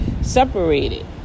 separated